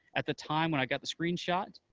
at the time when i got the screenshot,